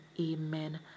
amen